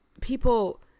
people